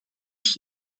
ich